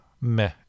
meh